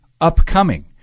Upcoming